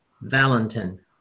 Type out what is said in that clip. Valentin